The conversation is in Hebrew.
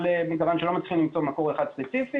מדרג שלא מצליחים למצוא מקור אחד ספציפי.